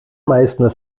meißner